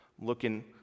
Looking